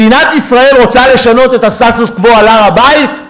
מדינת ישראל רוצה לשנות את הסטטוס-קוו על הר-הבית?